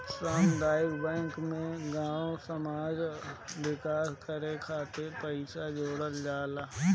सामुदायिक बैंक में गांव समाज कअ विकास करे खातिर पईसा जोड़ल जाला